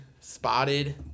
spotted